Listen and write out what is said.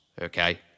okay